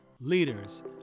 leaders